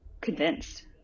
convinced